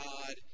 God